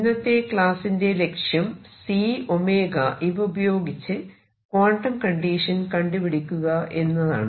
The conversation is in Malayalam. ഇന്നത്തെ ക്ലാസ്സിന്റെ ലക്ഷ്യം C ഇവ ഉപയോഗിച്ച് ക്വാണ്ടം കണ്ടീഷൻ കണ്ടുപിടിക്കുക എന്നതാണ്